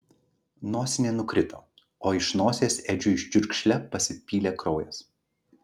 nosinė nukrito o iš nosies edžiui čiurkšle pasipylė kraujas